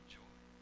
joy